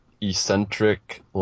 eccentric